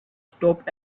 stop